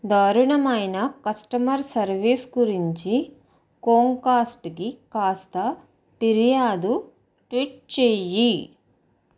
దారుణమైన customer service గురించి కోంకాస్ట్కి కాస్త ఫిర్యాదు ట్వీట్ చెయ్యి